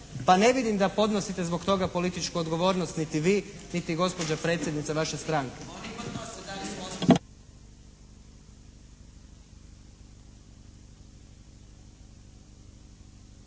pa ne vidim da podnosite zbog toga političku odgovornost niti vi niti gospođa predsjednica vaše stranke.